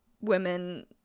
women